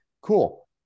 Cool